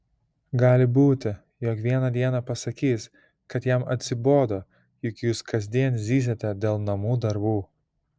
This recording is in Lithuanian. gali būti jog vieną dieną pasakys kad jam atsibodo jog jūs kasdien zyziate dėl namų darbų